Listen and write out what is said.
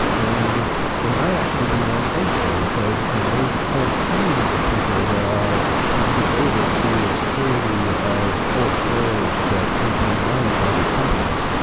then they might actually be more safe there, because you know there's whole teams of people that are devoted to the security of the cold storage that is being managed by these companies.